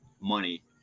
money